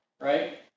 right